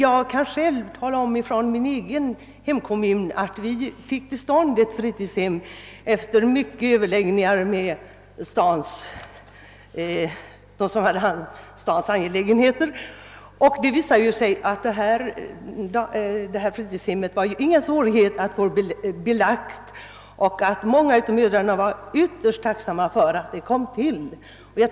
I min egen hemkommun har vi dock efter många överläggningar med dem som har hand om stadens angelägenheter lyckats få ett fritidshem till stånd, och det har inte varit någon svårighet att få hemmet belagt. Många av mödrarna har också uttryckt sin stora tacksamhet över att hemmet har kommit till.